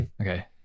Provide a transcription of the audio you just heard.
Okay